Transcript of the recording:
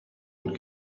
could